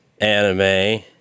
anime